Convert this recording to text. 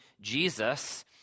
Jesus